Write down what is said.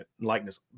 likeness